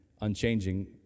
unchanging